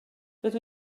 rydw